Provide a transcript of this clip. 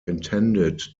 intended